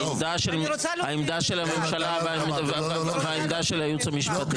העמדה של הממשלה והעמדה של הייעוץ המשפטי.